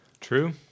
True